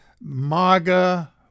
MAGA